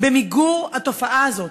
במיגור התופעה הזאת,